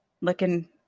looking